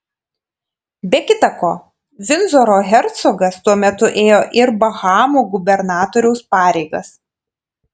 be kita ko vindzoro hercogas tuo metu ėjo ir bahamų gubernatoriaus pareigas